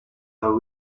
are